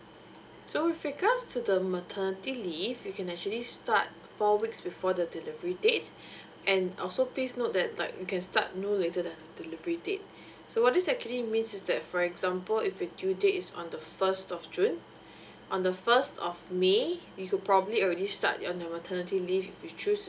so with regards to the maternity leave you can actually start four weeks before the delivery date and also please note that like you can start no later than the delivery date so what this actually means is that for example if your due date is on the first of june on the first of may you could probably already start on your maternity leave if you choose